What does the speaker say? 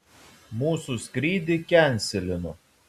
mūsų skrydį kenselino